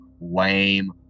Lame